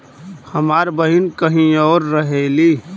हमार बहिन कहीं और रहेली